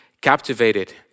captivated